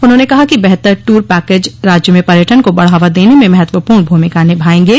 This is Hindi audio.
उन्होंने कहा कि बेहतर टूर पैकेज राज्य में पर्यटन को बढ़ावा देने में चमहत्वपूर्ण भूमिका निभाये गे